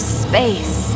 space